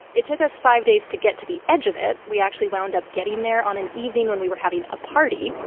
it took us five days to get to the edge of it. we actually wound up getting there on an evening when we were having a party.